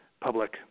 public